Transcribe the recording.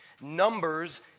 Numbers